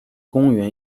公元